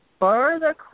further